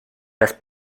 las